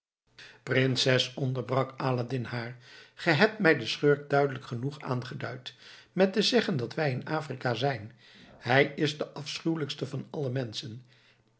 prinses onderbrak aladdin haar ge hebt mij den schurk duidelijk genoeg aangeduid met te zeggen dat wij in afrika zijn hij is de afschuwelijkste van alle menschen